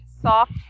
soft